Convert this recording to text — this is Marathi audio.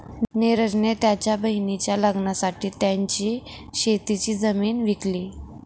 निरज ने त्याच्या बहिणीच्या लग्नासाठी त्याची शेतीची जमीन विकली